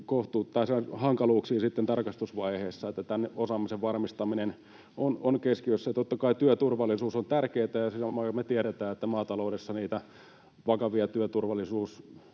hankaluuksiin sitten tarkastusvaiheessa. Eli tämän osaamisen varmistaminen on keskiössä. Totta kai työturvallisuus on tärkeätä, ja me tiedetään, että maataloudessa niitä vakavia onnettomuuksia